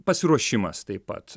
pasiruošimas taip pat